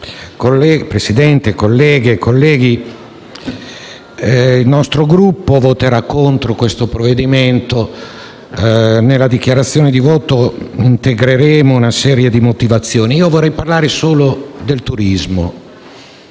Presidente, colleghe e colleghi, il nostro Gruppo voterà contro il provvedimento in esame e nella dichiarazione di voto integreremo una serie di motivazioni. Io vorrei parlare solo del turismo